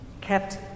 Kept